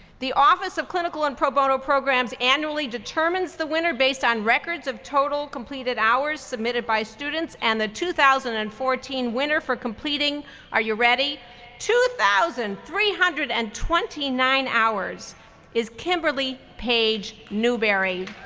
the office of clinical and pro bono programs annually determines the winner based on records of total completed hours submitted by students, and the two thousand and fourteen winner for completing are you ready two thousand three hundred and twenty nine hours is kimberly page newberry.